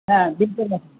হ্যাঁ বিল করে রাখুন